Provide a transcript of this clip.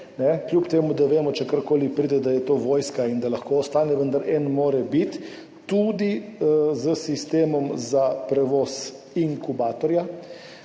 kljub temu, da vemo, če karkoli pride, da je to od vojske in da lahko ostane, vendar en mora biti, tudi s sistemom za prevoz inkubatorja.